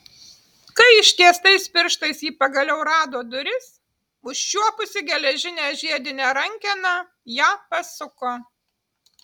kai ištiestais pirštais ji pagaliau rado duris užčiuopusi geležinę žiedinę rankeną ją pasuko